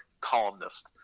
columnist